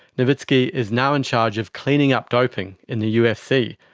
novitzky is now in charge of cleaning up doping in the ufc,